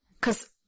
Cause